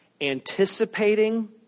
anticipating